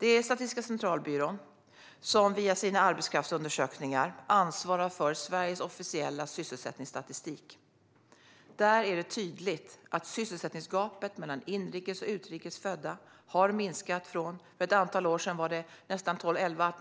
Det är Statistiska centralbyrån som via sina arbetskraftsundersökningar ansvarar för Sveriges officiella sysselsättningsstatistik. Där är det tydligt att sysselsättningsgapet mellan inrikes och utrikes födda har minskat. För ett antal år sedan var det ca 11